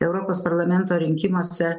europos parlamento rinkimuose